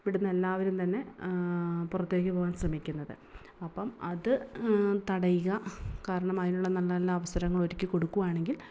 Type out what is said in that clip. ഇവിടുന്നെല്ലാവരും തന്നെ പുറത്തേക്ക് പോകാൻ ശ്രമിക്കുന്നത് അപ്പം അത് തടയുക കാരണം അതിനുള്ള നല്ല നല്ല അവസരങ്ങൾ ഒരുക്കി കൊടുക്കുകയാണെങ്കിൽ